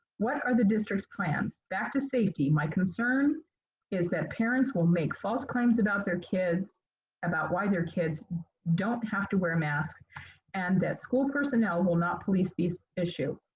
what are the district's plans? back to safety, my concern is that parents will make false claims about their kids about why their kids don't have to wear masks and that school personnel will not police this issue.